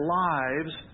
lives